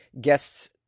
guests